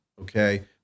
okay